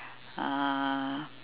uh